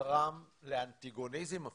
גרם לאנטגוניזם אפילו,